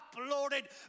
uploaded